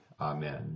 Amen